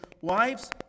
Wives